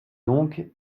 donc